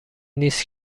نیست